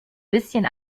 bisschen